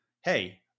hey